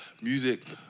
music